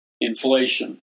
inflation